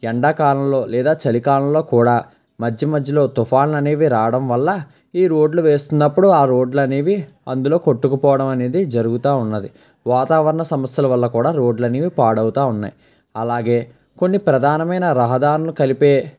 ఎండాకాలంలో లేదా చలికాలంలో కూడా మధ్య మధ్యలో తుఫాన్లు అనేవి రావడం వల్ల ఈ రోడ్లు వేస్తున్నప్పుడు ఆ రోడ్లు అనేవి అందులో కొట్టుకపోవడం అనేది జరుగుతూ ఉన్నది వాతావరణ సమస్యల వల్ల కూడా రోడ్లనేవి పాడవుతూ ఉన్నాయి అలాగే కొన్ని ప్రధానమైన రహదారులను కలిపే